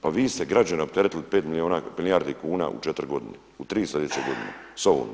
Pa vi ste građane opteretili 5 milijardi kuna u 4 godine, u tri sljedeće godine sa ovom znači.